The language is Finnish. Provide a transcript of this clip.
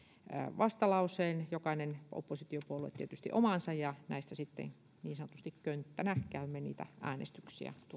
vastalauseen jokainen oppositiopuolue tietysti omansa ja näistä sitten niin sanotusti könttänä käymme niitä äänestyksiä